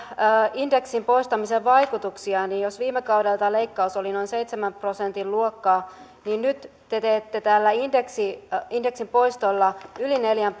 indeksin poistamisen vaikutuksia niin jos viime kaudella tämä leikkaus oli noin seitsemän prosentin luokkaa niin nyt te teette tällä indeksin poistolla yli